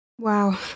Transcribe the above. Wow